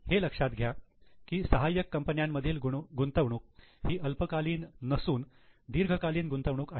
हे लक्षात घ्या की सहाय्यक कंपन्यांमधील गुंतवणूक ही अल्पकालीन नसून दीर्घकालीन गुंतवणूक आहे